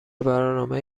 برنامه